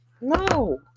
No